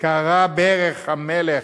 כרע ברך המלך,